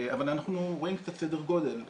אבל אנחנו רואים סדר גודל.